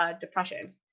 depression